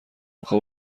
اخه